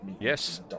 Yes